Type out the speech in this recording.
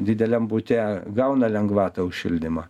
dideliam bute gauna lengvatą už šildymą